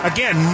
Again